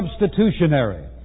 substitutionary